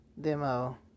Demo